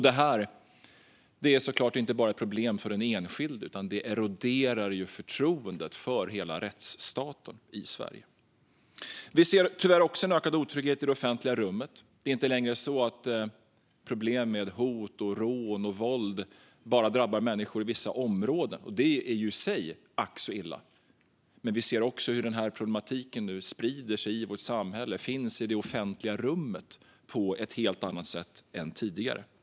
Det är såklart inte bara ett problem för den enskilde, utan det eroderar förtroendet för hela rättsstaten i Sverige. Vi ser tyvärr också en ökad otrygghet i det offentliga rummet. Det är inte längre så att problemen med hot, rån och våld bara drabbar människor i vissa områden, något som i sig är ack så illa, utan de sprider sig i vårt samhälle och finns i det offentliga rummet på ett helt annat sätt än tidigare.